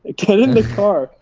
ah get in the car.